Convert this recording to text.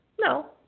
No